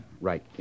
Right